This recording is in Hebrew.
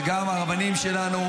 וגם הרבנים שלנו,